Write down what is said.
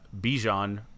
Bijan